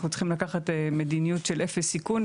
אנחנו צריכים לקחת מדיניות של אפס סיכון,